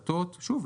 שוב,